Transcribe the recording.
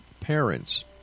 parents